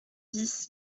dix